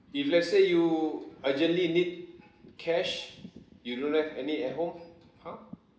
if let's say you urgently need cash you don't have any at home how